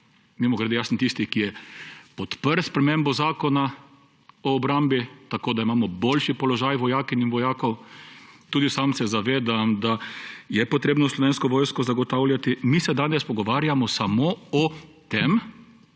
mimogrede, jaz sem tisti, ki je podprl spremembo Zakona o obrambi, tako da imamo boljši položaj vojakinj in vojakov. Tudi sam se zavedam, da je treba zagotavljati Slovensko vojsko. Mi se danes pogovarjamo samo o tem,